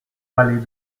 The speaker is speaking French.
allée